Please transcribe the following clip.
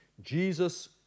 Jesus